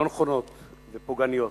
הן לא נכונות ופוגעניות.